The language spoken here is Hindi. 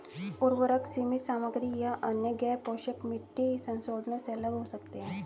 उर्वरक सीमित सामग्री या अन्य गैरपोषक मिट्टी संशोधनों से अलग हो सकते हैं